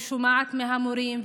ושומעת מהמורים,